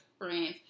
friends